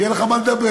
שיהיה לך מה לדבר,